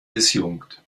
disjunkt